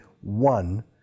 one